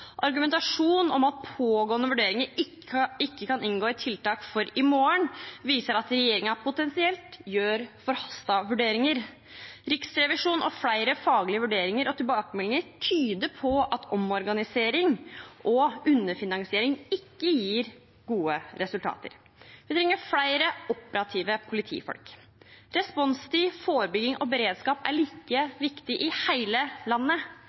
Argumentasjonen om at pågående vurderinger ikke kan inngå i tiltak for i morgen, viser at regjeringen potensielt gjør forhastede vurderinger. Riksrevisjonen og flere faglige vurderinger og tilbakemeldinger tyder på at omorganisering og underfinansiering ikke gir gode resultater. Vi trenger flere operative politifolk. Responstid, forebygging og beredskap er like viktig i hele landet,